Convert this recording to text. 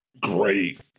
great